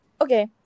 Okay